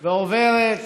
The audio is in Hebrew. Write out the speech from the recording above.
ועוברת